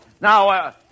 now